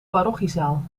parochiezaal